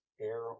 Air